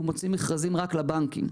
הוא מוציא מכרזים רק לבנקים.